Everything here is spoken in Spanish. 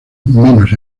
menos